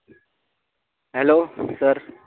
hello sir